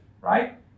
Right